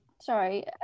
sorry